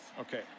Okay